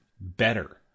better